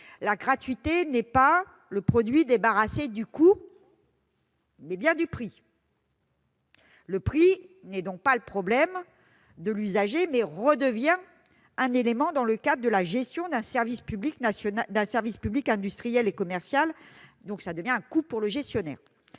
la gratuité n'est pas le produit débarrassé du coût, mais bien du prix ! Ce dernier n'est donc pas le problème de l'usager, il redevient un élément dans le cadre de la gestion d'un service public industriel et commercial, soit un coût pour le gestionnaire.